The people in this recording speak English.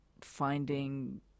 finding